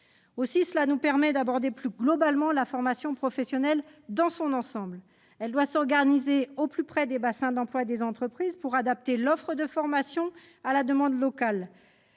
l'AFPA. Cela nous permettra d'aborder plus globalement la formation professionnelle dans son ensemble, qui doit s'organiser au plus près des bassins d'emploi et des entreprises, pour adapter l'offre de formation à la demande locale.